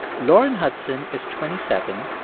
lauren hudson is twenty seven,